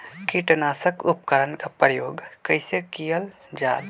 किटनाशक उपकरन का प्रयोग कइसे कियल जाल?